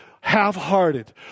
half-hearted